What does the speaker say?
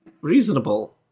reasonable